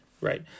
right